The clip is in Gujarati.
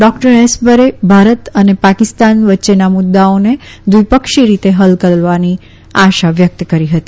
ડોકટર એસપરે ભારત અને પાકિસ્તાન વચ્ચેના મુદૃઓનો દ્વિપક્ષી રીતે હલ કરવાની આશા વ્યકત કરી હતી